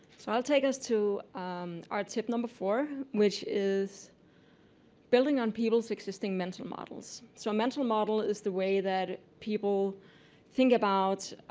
so i'll take us to our tip number four, which is building on people's existing mental models. so a mental model is the way that people think about